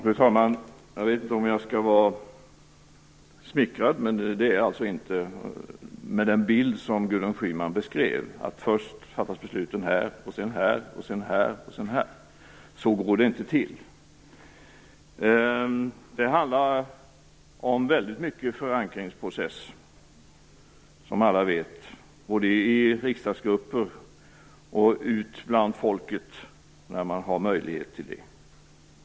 Fru talman! Jag vet inte om jag skall känna mig smickrad av Gudrun Schymans bild av hur beslutsfattandet går till. Det är jag i varje fall inte - så går det inte till. Som alla vet finns det mycket av förankringsprocesser, både i riksdagsgrupper och ute bland folk, när man har möjlighet till det.